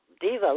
Diva